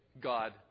God